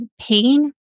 pain